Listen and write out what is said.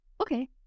okay